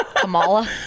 Kamala